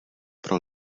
pro